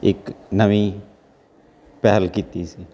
ਇੱਕ ਨਵੀਂ ਪਹਿਲ ਕੀਤੀ ਸੀ